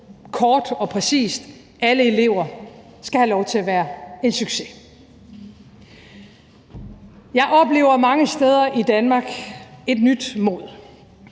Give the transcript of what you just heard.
kort og præcist at sige: »Alle elever skal have lov til at være en succes.« Jeg oplever mange steder i Danmark et nyt mod,